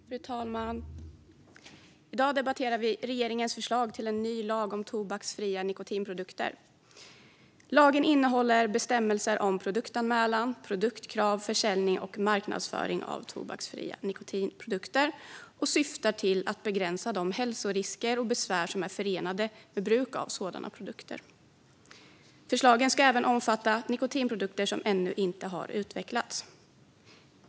Fru talman! I dag debatterar vi regeringens förslag till en ny lag om tobaksfria nikotinprodukter. Lagförslaget innehåller bestämmelser om produktanmälan, produktkrav, försäljning och marknadsföring av tobaksfria nikotinprodukter och syftar till att begränsa de hälsorisker och besvär som är förenade med bruk av sådana produkter. Förslagen omfattar även nikotinprodukter som ännu inte har utvecklats.